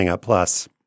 plus